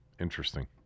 Interesting